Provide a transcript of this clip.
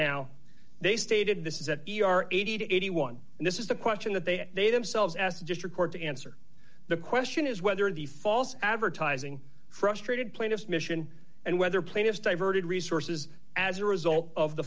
now they stated this is at eighty to eighty one and this is the question that they and they themselves as to just record to answer the question is whether the false advertising frustrated plaintiffs mission and whether plaintiffs diverted resources as a result of the